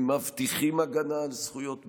הם מבטיחים הגנה על זכויות מיעוט,